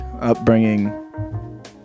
upbringing